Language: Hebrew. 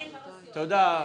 הצבעה בעד,